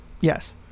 Yes